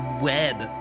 web